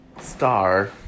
star